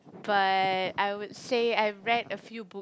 but I would say I read a few book